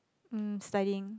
um studying